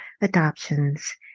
adoptions